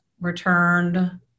returned